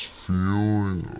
feeling